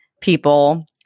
people